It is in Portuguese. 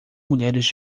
mulheres